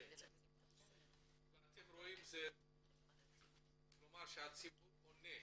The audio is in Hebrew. אתם רואים שהציבור עונה